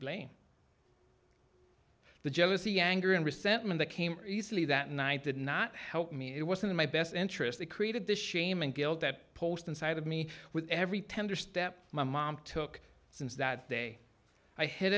blame the jealousy anger and resentment that came easily that night did not help me it wasn't my best interest that created the shame and guilt that post inside of me with every tender step my mom took since that day i hi